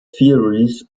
theories